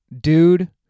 dude